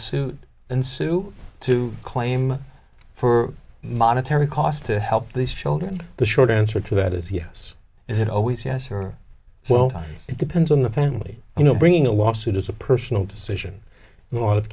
lawsuit and sue to claim for monetary cost to help these children the short answer to that is yes is it always yes or well it depends on the family you know bringing a lawsuit is a personal decision and a lot of